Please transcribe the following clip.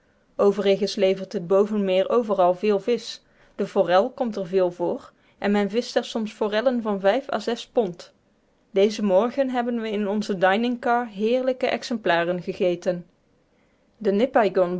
overigens levert het bovenmeer overal veel visch de forel komt er veel voor en men vischt er soms forellen van vijf à zes pond dezen morgen hebben we in onze dining car heerlijke exemplaren gegeten